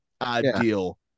ideal